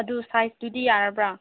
ꯑꯗꯨ ꯁꯥꯏꯖꯇꯨꯗꯤ ꯌꯥꯔꯕ꯭ꯔꯥ